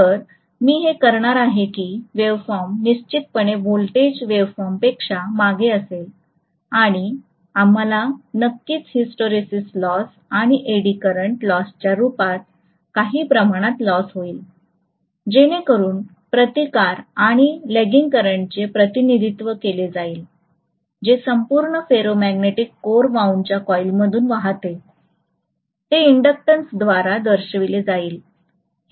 तर मी हे करणार आहे की वेव्हफॉर्म निश्चितपणे व्होल्टेज वेव्हफॉर्मपेक्षा मागे असेल आणि आम्हाला नक्कीच हिस्टरेसिस लॉस आणि एडी करंट लॉसच्या रूपात काही प्रमाणात लॉस होईल जेणेकरून प्रतिकार आणि लेगिंग करंटचे प्रतिनिधित्व केले जाईल जे संपूर्ण फेरोमॅग्नेटिक कोर वाउंडच्या कॉईलमधून वाहते ते इंडक्टंसन्सद्वारे दर्शविले जाईल